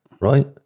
Right